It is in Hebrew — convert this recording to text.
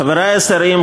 חברי השרים,